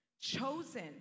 chosen